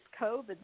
COVID